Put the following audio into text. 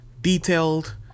detailed